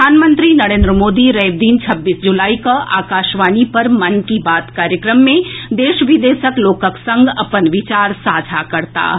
प्रधानमंत्री नरेन्द्र मोदी रवि दिन छब्बीस जुलाई कऽ आकाशवाणी पर मन की बात कार्यक्रम मे देश विदेशक लोकक संग अपन विचार साझा करताह